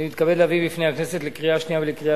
אני מתכבד להביא בפני הכנסת לקריאה שנייה ולקריאה